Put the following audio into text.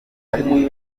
bari